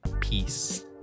Peace